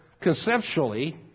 conceptually